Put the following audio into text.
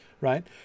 right